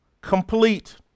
complete